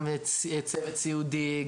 גם צוות סיעודי,